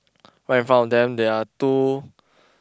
right in front of them there are two